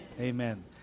Amen